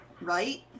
Right